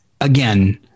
again